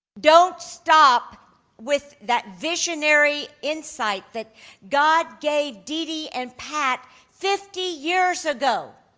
don't stop with that visionary insight that god gave dede and pat fifty years ago,